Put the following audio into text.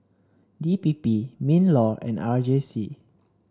D P P Minlaw and R J C